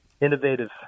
innovative